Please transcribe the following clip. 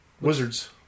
Wizards